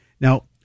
Now